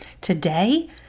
Today